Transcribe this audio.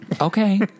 Okay